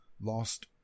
lost